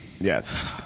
Yes